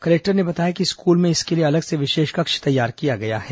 collector ने बताया कि स्कूल में इसके लिए अलग से विशेष कक्ष तैयार किया गया है